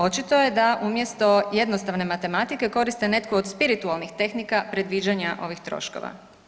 Očito je da umjesto jednostavne matematike koriste neku do spiritualnih tehnika predviđanja ovih troškova.